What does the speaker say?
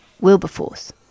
Wilberforce